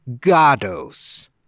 Gatos